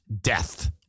death